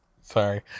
Sorry